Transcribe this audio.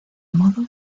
modo